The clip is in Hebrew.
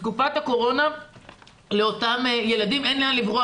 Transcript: בתקופת הקורונה לאותם ילדים אין לאן לברוח,